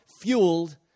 fueled